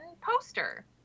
poster